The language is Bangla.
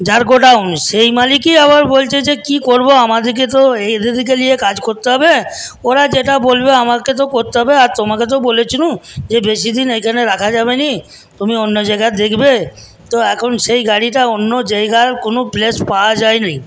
যার গোডাউন সেই মালিকই আবার বলছে যে কী করব আমাদের তো এদেরকে নিয়ে কাজ করতে হবে ওরা যেটা বলবে আমাকে তো করতে হবে আর তোমাকে তো বলেছিলাম যে বেশিদিন এখানে রাখা যাবে না তুমি অন্য জায়গায় দেখবে তো এখন সেই গাড়িটা অন্য জায়গায় কোনো প্লেস পাওয়া যায়নি